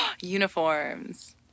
Uniforms